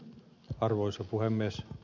arvoisa puhemies